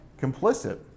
complicit